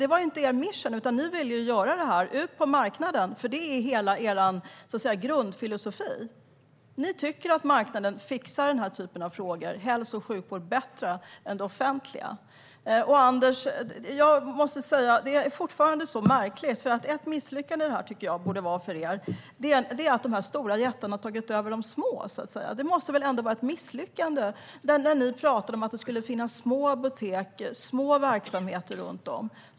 Det var dock inte er mission, utan ni ville få ut det här på marknaden, för sådan är hela er grundfilosofi. Ni tycker att marknaden fixar den här typen av frågor - hälso och sjukvård - bättre än det offentliga. Jag måste säga att det är märkligt, Anders: Ett misslyckande för er borde vara att de stora jättarna har tagit över de små. Det måste väl ändå vara ett misslyckande - ni pratade ju om att det skulle finnas små apoteksverksamheter runt om.